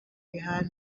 behind